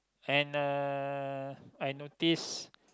and uh I notice